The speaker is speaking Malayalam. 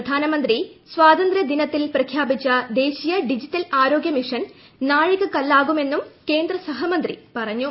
പ്രധാനമന്ത്രി സ്വാതന്ത്രൃ ദിനത്തിൽ പ്രഖ്യാപിച്ച ദേശീയ ഡിജിറ്റൽ ആരോഗ്യ മിഷൻ നാഴികക്കല്ലാകുമെന്നും കേന്ദ്രസഹമന്ത്രി പറഞ്ഞു